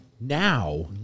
Now